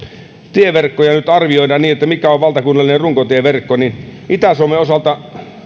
tieverkkoja ja nyt arvioidaan mikä on valtakunnallinen runkotieverkko niin itä suomen osalta